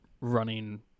running